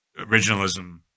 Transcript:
originalism